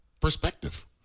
perspective